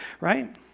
Right